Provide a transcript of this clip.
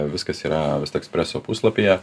viskas yra ekspreso puslapyje